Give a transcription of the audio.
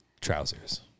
trousers